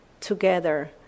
together